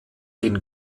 den